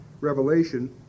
revelation